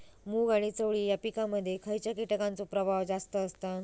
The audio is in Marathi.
मूग आणि चवळी या पिकांमध्ये खैयच्या कीटकांचो प्रभाव जास्त असता?